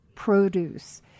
produce